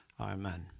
Amen